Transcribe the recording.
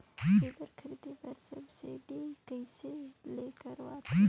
Reaper खरीदे बर subsidy कइसे ले सकथव?